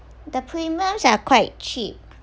the premiums are quite cheap